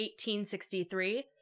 1863